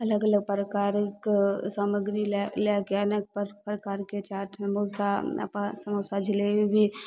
अलग अलग प्रकारके सामग्री लए लएके अनेक पर प्रकारके चाट समोसा समोसा जिलेबी भी